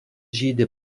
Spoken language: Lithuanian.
žydi